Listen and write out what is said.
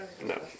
No